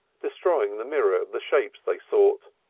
destroying the mirror of the shapes they sought.